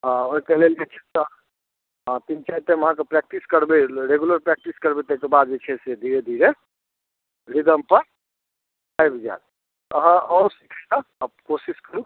आ ओहिके लेल जे छै से तीन चारि टाइम अहाँके प्रैक्टिस करबै रेगुलर प्रैक्टिस करबै ताहिके बाद जे छै से धीरे धीरे रिदमपर आबि जायत अहाँ आउ सीखै लेल कोशिश करू